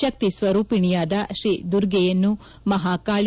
ಶಕ್ತಿ ಸ್ವರೂಪಿಣಿಯಾದ ಶ್ರೀ ದುರ್ಗೆಯನ್ನು ಮಹಾಕಾಳ